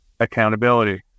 accountability